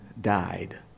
died